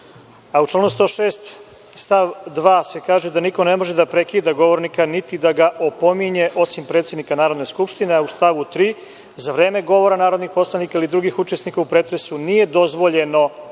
U članu 106. stav 2. kaže da niko ne može da prekida govornika, niti da ga opominje, osim predsednika Narodne skupštine, a u stavu 3. za vreme govora narodnih poslanika ili drugih učesnika u pretresu nije dozvoljeno